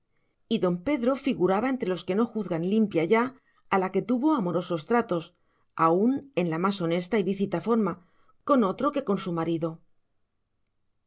y don pedro figuraba entre los que no juzgan limpia ya a la que tuvo amorosos tratos aún en la más honesta y lícita forma con otro que con su marido